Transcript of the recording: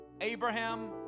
Abraham